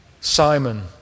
Simon